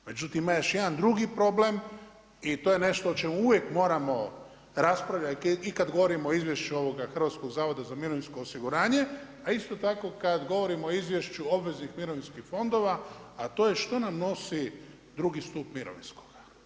Međutim, ima još jedan drugi problem i to je nešto o čemu uvijek moramo raspravljati i kada govorimo o izvješću ovoga Hrvatskog zavoda za mirovinsko osiguranje a isto tako kada govorimo o izvješću obveznih mirovinskih fondova a to je što nam nosi drugi stup mirovinskoga.